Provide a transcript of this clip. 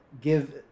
give